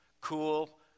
Cool